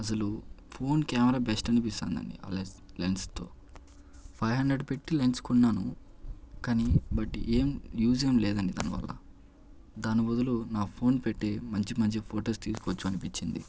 అసలు phone camera best అనిపిస్తుందండి ఆ లెస్ లెన్స్తో ఫైవ్ హండ్రెడ్ పెట్టి లెన్స్ కొన్నాను కానీ బట్ ఎం యూస్ ఏమి లేదండి దాని వల్ల దాని బదులు నా ఫోన్ పెట్టి మంచి మంచి ఫొటోస్ తీసుకొవచ్చు అనిపించింది